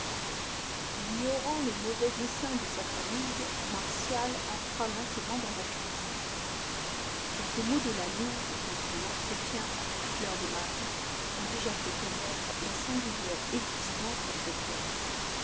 ignorant les mauvais desseins de sa famille martial entra lentement dans la cuisine quelques mots de la louve dans son entretien avec fleur de marie ont déjà fait connaître la singulière existence de cet homme